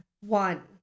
one